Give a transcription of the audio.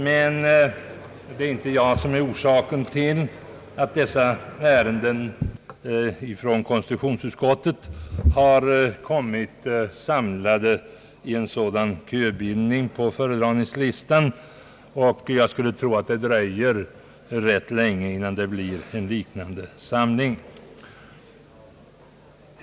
Men det är inte jag som är orsaken till att dessa ärenden från konstitutionsutskottet har kommit samlade i en kö på föredragningslistan, och jag skulle tro att det dröjer rätt länge innan det blir en liknande anhopning.